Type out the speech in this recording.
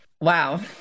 wow